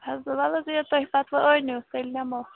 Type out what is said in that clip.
حظ وَلہٕ حظ ییٚلہِ تُہۍ پَتہٕ ٲنِو تیٚلہِ نِمَو